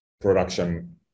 production